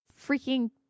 freaking